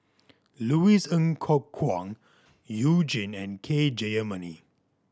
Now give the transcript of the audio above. Louis Ng Kok Kwang You Jin and K Jayamani